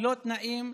ללא תנאים,